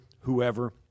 whoever